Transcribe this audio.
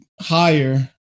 higher